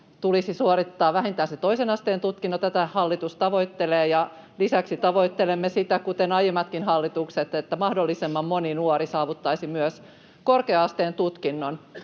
tulisi suorittaa vähintään se toisen asteen tutkinto, tätä hallitus tavoittelee. [Välihuuto vasemmalta] Lisäksi tavoittelemme sitä, kuten aiemmatkin hallitukset, että mahdollisimman moni nuori saavuttaisi myös korkea-asteen tutkinnon.